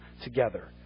together